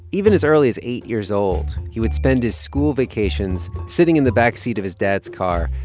even as early as eight years old, he would spend his school vacations sitting in the backseat of his dad's car,